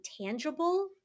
tangible